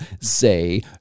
say